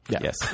Yes